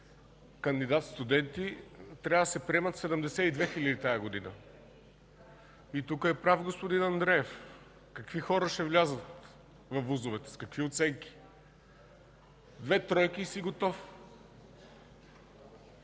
кандидат-студенти, трябва да се приемат 72 хиляди тази година? И тук е прав господин Андреев: какви хора ще влязат във ВУЗ-овете, с какви оценки? На две трети си готов.